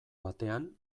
batean